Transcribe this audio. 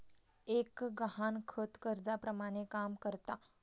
एक गहाणखत कर्जाप्रमाणे काम करता